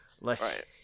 Right